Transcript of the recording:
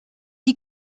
die